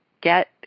get